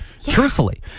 Truthfully